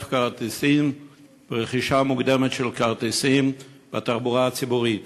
כרטיסים ברכישה מוקדמת לתחבורה הציבורית,